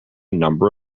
number